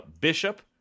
Bishop